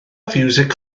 fiwsig